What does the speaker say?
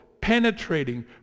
penetrating